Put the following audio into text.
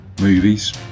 movies